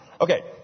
Okay